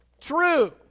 true